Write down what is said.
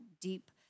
deep